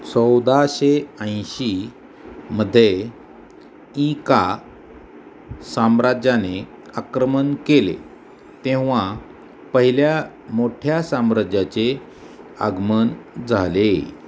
चौदाशे ऐंशी मध्ये ईका साम्राज्याने आक्रमण केले तेव्हा पहिल्या मोठ्या साम्राज्याचे आगमन झाले